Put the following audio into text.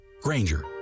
Granger